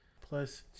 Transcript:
plus